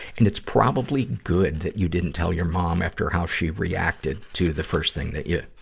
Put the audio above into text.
and it's probably good that you didn't tell your mom after how she reacted to the first thing that you,